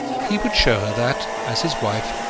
he would show her that, as his wife,